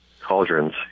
Cauldrons